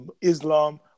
Islam